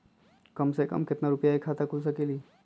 कम से कम केतना रुपया में खाता खुल सकेली?